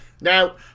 Now